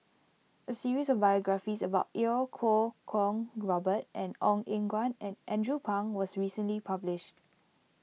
a series of biographies about Iau Kuo Kwong Robert Ong Eng Guan and Andrew Phang was recently published